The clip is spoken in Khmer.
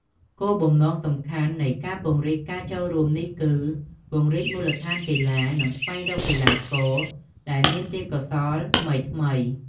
គោលបំណងសំខាន់នៃការពង្រីកការចូលរួមនេះគឺ ពង្រីកមូលដ្ឋានកីឡា និងស្វែងរកកីឡាករដែលមានទេពកោសល្យថ្មីៗ។